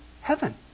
heaven